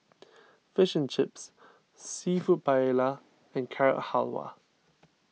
Fish and Chips Seafood Paella and Carrot Halwa